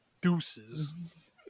deuces